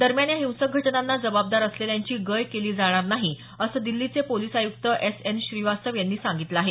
दरम्यान या हिंसक घटनांना जबाबदार असलेल्यांची गय केली जाणार नाही असं दिल्लीचे पोलीस आयुक्त एस एन श्रीवास्तव यांनी सांगितलं आहे